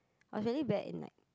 I was really bad in like